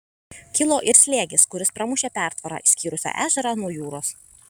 kilo ir slėgis kuris pramušė pertvarą skyrusią ežerą nuo jūros